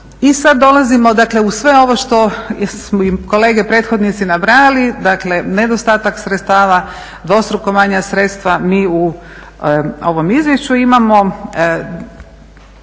i sada dolazimo dakle uz sve ovo što su kolege prethodnici nabrajali, dakle nedostatak sredstava, dvostruko manja sredstva, mi u ovom izvješću imamo